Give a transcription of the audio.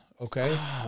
Okay